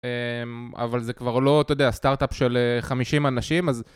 אבל זה כבר לא, אתה יודע, הסטארט-אפ של 50 אנשים, אז...